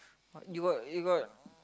you got you got